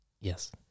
Yes